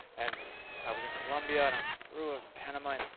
and i was in columbia and i was in peru, i was in panama,